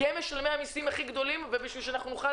כי הם משלמי המסים הכי גדולים וכדי שאנחנו נוכל